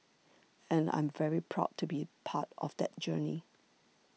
and I'm very proud to be part of that journey